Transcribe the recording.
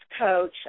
coach